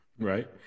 Right